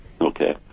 Okay